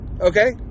Okay